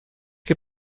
que